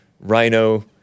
rhino